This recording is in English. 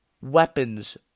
weapons